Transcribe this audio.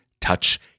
touch